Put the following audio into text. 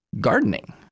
gardening